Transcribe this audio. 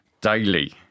daily